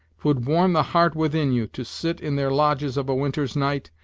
twould warm the heart within you to sit in their lodges of a winter's night,